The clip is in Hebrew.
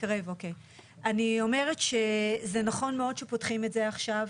אני אומרת שזה נכון מאוד שפותחים את זה עכשיו